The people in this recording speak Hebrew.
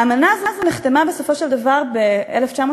האמנה הזאת נחתמה בסופו של דבר ב-1951,